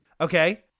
Okay